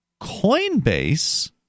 Coinbase